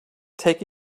take